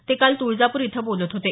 ते काल तुळजापूर इथं बोलत होते